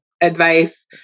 advice